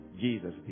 Jesus